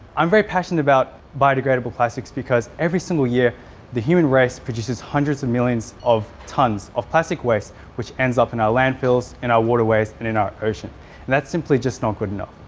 i'm very passionate about biodegradable plastics because every single year the human race produces hundreds of millions of tonnes of plastic waste which ends up in our landfills, in our waterways and in our ocean and that's simply just not good enough.